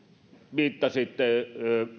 viittasitte